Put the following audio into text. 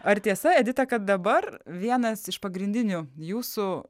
ar tiesa edita kad dabar vienas iš pagrindinių jūsų